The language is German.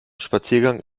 spaziergang